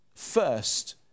First